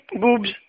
Boobs